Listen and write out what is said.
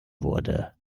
wurde